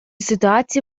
ситуацію